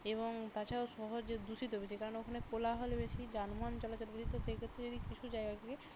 এবং তাছাড়াও শহর যে দূষিত বেশি কারণ ওখানে কোলাহল বেশি যানবহন চলাচল বেশি তো সেইক্ষেত্রে যদি কিছু জায়গা ঘিরে